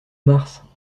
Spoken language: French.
mars